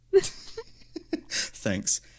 thanks